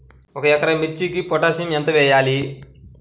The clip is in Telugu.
ఒక ఎకరా మిర్చీకి పొటాషియం ఎంత వెయ్యాలి?